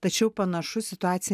tačiau panašu situacija